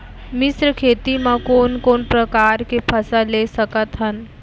मिश्र खेती मा कोन कोन प्रकार के फसल ले सकत हन?